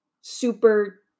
super